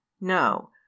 No